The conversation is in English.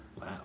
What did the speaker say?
Wow